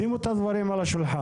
שימו את הדברים על השולחן.